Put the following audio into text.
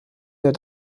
der